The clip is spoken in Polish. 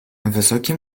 wysoki